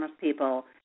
people